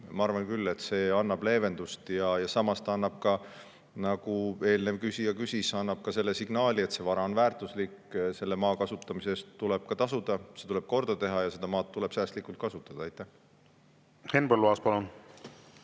Ma arvan küll, et see annab leevendust. Ja samas see annab ka, nagu eelnevale küsijale [vastasin], selle signaali, et see vara on väärtuslik, selle maa kasutamise eest tuleb tasuda, see tuleb korda teha ja seda maad tuleb säästlikult kasutada. Aitäh! Seda ma